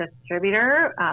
distributor